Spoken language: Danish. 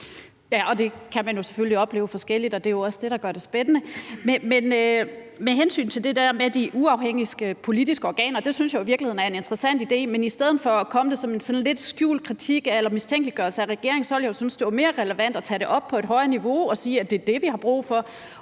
(M): Det kan man selvfølgelig opleve forskelligt, og det er jo også det, der gør det spændende. Med hensyn til det der med de uafhængige politiske organer synes jeg jo i virkeligheden, det er en interessant idé, men i stedet for at komme med det som sådan en lidt skjult kritik eller mistænkeliggørelse af regeringen, ville jeg jo synes, det var mere relevant at tage det op på et højere niveau og sige, at det er det, vi har brug for,